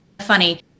funny